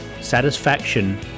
Satisfaction